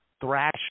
thrash –